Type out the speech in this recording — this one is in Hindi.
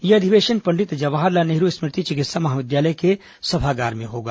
यह अधिवेशन पंडित जवाहरलाल नेहरू स्मृति चिकित्सा महाविद्यालय के सभागार में होगा